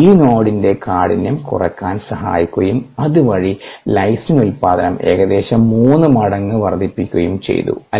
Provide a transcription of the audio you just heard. ഈ നോഡിന്റെ കാഠിന്യം കുറയ്ക്കാൻ സഹായിക്കുകയും അതുവഴി ലൈസിൻ ഉൽപാദനം ഏകദേശം 3 മടങ്ങ് വർദ്ധിപ്പിക്കുകയും ചെയ്തു അല്ലേ